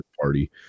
party